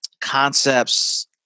concepts